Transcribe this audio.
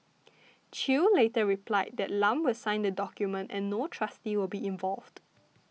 Chew later replied that Lam will sign the document and no trustee will be involved